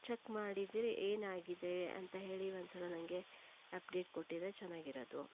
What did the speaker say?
check ಮಾಡಿದ್ದರೆ ಏನಾಗಿದೆ ಅಂತ ಹೇಳಿ ಒಂದ್ಸಲ ನನಗೆ ಅಪ್ಡೇಟ್ ಕೊಟ್ಟಿದ್ದರೆ ಚೆನ್ನಾಗಿರೋದು